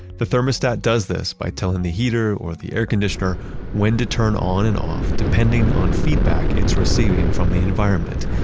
the thermostat does this by telling the heater or the air conditioner when to turn on and off depending on feedback it's receiving from the environment.